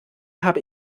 habe